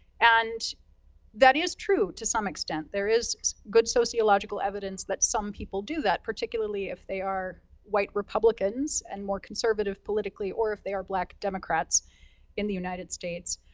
and that is true to some extent, there is good sociological evidence that some people do that, particularly, if they are white republicans, and more conservative politically. or, if they are black democrats in the united states,